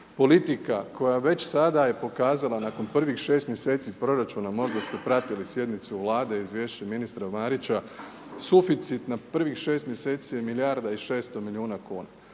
politika koja je već sada pokazala nakon prvih 6 mj. proračuna, možda ste pratili sjednicu Vlade, izvješće ministra Marića, suficit na prvih 6 mj. je milijarda i 600 milijuna kuna.